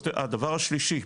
הדבר השלישי,